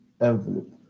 envelope